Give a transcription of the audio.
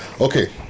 Okay